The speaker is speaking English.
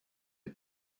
the